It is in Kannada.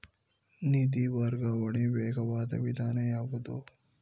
ನಿಧಿ ವರ್ಗಾವಣೆಯ ವೇಗವಾದ ವಿಧಾನ ಯಾವುದು?